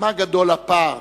מה גדול הפער